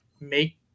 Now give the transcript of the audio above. make